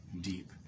deep